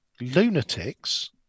lunatics